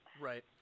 Right